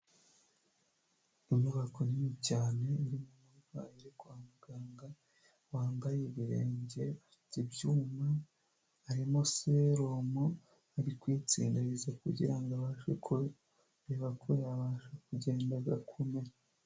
Inyubako nini cyane irimo umurwayi uri kwa muganga wambaye ibirenge afite ibyuma arimo serumu ari kwitsindagiza kugirango abashe kureba ko yabasha kugenda agakomera.